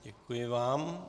Děkuji vám.